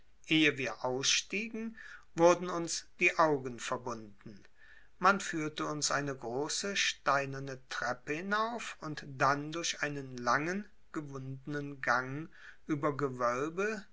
ehe wir ausstiegen wurden uns die augen verbunden man führte uns eine große steinerne treppe hinauf und dann durch einen langen gewundenen gang über gewölbe